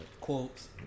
Quotes